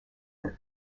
and